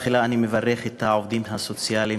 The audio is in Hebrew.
תחילה אני מברך את העובדים הסוציאליים